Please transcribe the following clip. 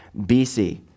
BC